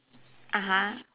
(uh huh)